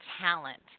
talent